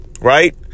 right